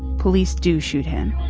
police do shoot him.